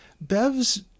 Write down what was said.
Bev's